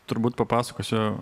turbūt papasakosiu